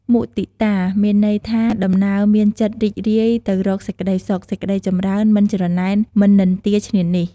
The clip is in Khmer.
មុទិតា មានន័យថា ដំណើរមានចិត្តរីករាយទៅរកសេចក្តីសុខ សេចក្តីចម្រើន មិនច្រណែន មិននិន្ទាឈ្នានីស។